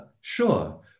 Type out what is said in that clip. sure